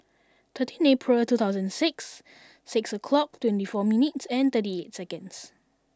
thirteen April two thousand six six o'clock twenty four minutes and thirty eight seconds